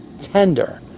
tender